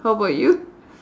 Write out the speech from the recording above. how about you